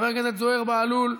חבר הכנסת זוהיר בהלול,